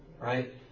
Right